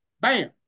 bam